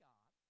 God